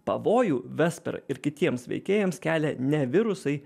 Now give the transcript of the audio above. pavojų vesper ir kitiems veikėjams kelia ne virusai